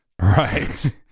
Right